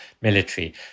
military